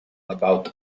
about